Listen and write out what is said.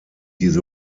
diese